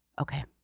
Okay